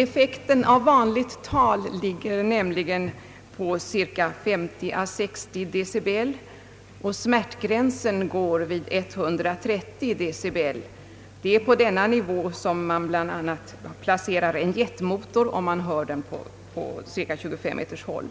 Effekten av vanligt tal ligger nämligen på cirka 50 å 60 decibel, och smärtgränsen går vid 130 decibel; det är på denna nivå som man bl.a. placerar en jetmotor om man hör den på cirka 25 meters håll.